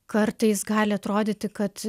kartais gali atrodyti kad